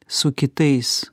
su kitais